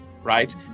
Right